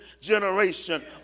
generation